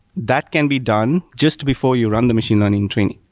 that can be done just to before you run the machine learning training.